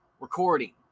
recording